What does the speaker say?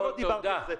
לא דיברתי על זה.